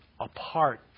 apart